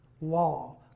law